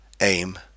aim